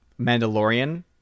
mandalorian